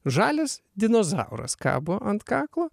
žalias dinozauras kabo ant kaklo